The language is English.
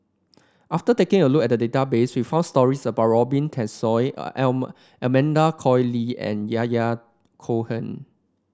after taking a look at the database we found stories about Robin Tessensohn Amanda Koe Lee and Yahya Cohen